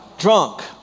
Drunk